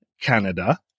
Canada